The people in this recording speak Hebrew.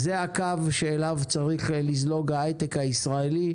זה הקו שאליו צריך לזלוג ההייטק הישראלי,